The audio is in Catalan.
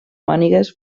mànigues